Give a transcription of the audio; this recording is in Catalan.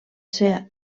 ser